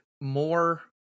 more